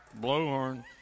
Blowhorn